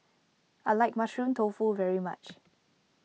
I like Mushroom Tofu very much